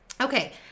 Okay